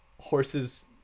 horses